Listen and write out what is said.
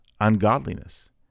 ungodliness